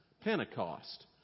Pentecost